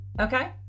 Okay